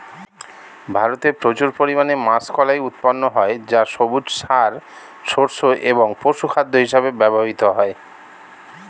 ভারতে প্রচুর পরিমাণে মাষকলাই উৎপন্ন হয় যা সবুজ সার, শস্য এবং পশুখাদ্য হিসেবে ব্যবহৃত হয়